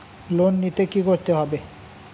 Loan নিতে কী করতে হবে?